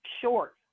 short